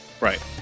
right